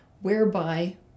whereby